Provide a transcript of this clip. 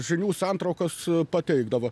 žinių santraukas pateikdavo